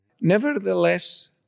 Nevertheless